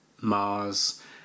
Mars